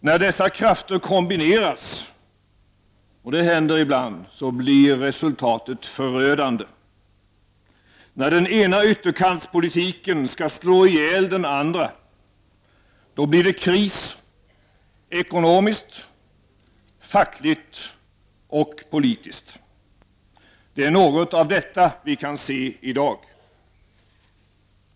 När dessa krafter kombineras — och det händer ibland — blir resultatet förödande. När den ena ytterkantspolitiken skall ” slå ihjäl” den andra blir det kris, ekonomiskt, fackligt och politiskt. Det är något av detta vi kan se i dag.